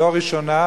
לא ראשונה,